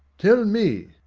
tell me,